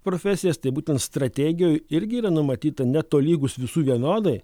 profesijas tai būtent strategijoj irgi yra numatyta netolygus visų vienodai